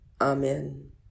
amen